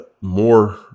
more